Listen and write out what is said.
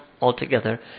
altogether